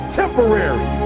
temporary